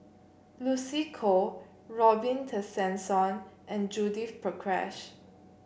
Lucy Koh Robin Tessensohn and Judith Prakash